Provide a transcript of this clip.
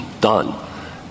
Done